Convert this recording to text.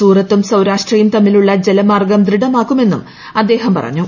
സൂറത്തും സൌരാഷ്ട്രയും തമ്മിലുള്ള ജലമാർഗ്ഗം ദൃഢമാകുമെന്നും അദ്ദേഹം പറഞ്ഞു